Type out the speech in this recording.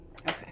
Okay